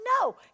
no